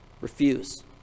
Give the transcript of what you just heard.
refuse